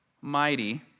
mighty